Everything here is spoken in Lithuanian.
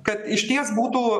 kad išties būdu